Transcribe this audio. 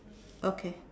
okay